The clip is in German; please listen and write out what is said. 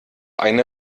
eine